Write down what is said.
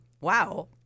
Wow